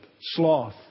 sloth